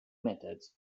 methods